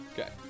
Okay